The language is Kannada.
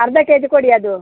ಅರ್ಧ ಕೆ ಜಿ ಕೊಡಿ ಅದು